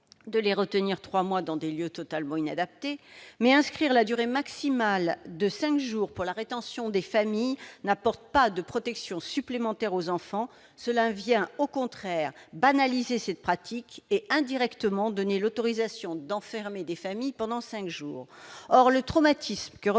de les retenir 3 mois dans des lieux totalement inadaptés. Mais inscrire une durée maximale de 5 jours pour la rétention des familles n'apporte pas de protection supplémentaire aux enfants ; cela vient au contraire banaliser cette pratique et, indirectement, donner l'autorisation d'enfermer des familles pendant 5 jours. Or le traumatisme que représente